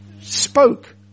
spoke